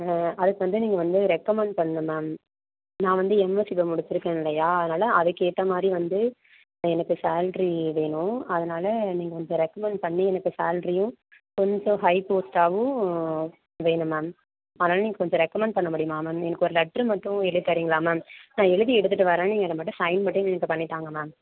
அதற்கு வந்து நீங்கள் வந்து ரெக்கமண்ட் பண்ணனும் மேம் நான் வந்து எம்எஸ்சி கம்ப்யூட்டர் முடிச்சிருக்கேன் இல்லையா அதனால் அதற்கேத்த மாதிரி வந்து எனக்கு சால்ரி வேணும் அதனால் நீங்கள் கொஞ்சம் ரெக்கமண்ட் பண்ணி எனக்கு சால்ரியும் கொஞ்சம் ஹய் போஸ்ட்டாகவும் வேணும் மேம் அதனால் நீங்கள் கொஞ்சம் ரெக்கமென்ட் பண்ண முடியுமா மேம் நீங்ககொரு லெட்ரு மட்டும் எழுதி தரீங்களா மேம் நான் எழுதி எடுத்துகிட்டு வரேன் நீங்கள் அதை மட்டும் சைன் மட்டும் எங்களுக்கு பண்ணி தாங்க மேம்